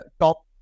top